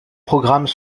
programmes